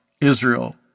Israel